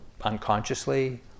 unconsciously